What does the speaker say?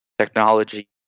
technology